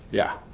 yeah.